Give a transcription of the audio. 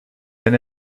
then